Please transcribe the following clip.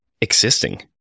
existing